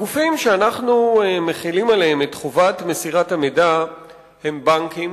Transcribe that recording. הגופים שאנחנו מחילים עליהם את חובת מסירת המידע הם בנקים,